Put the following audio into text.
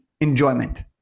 enjoyment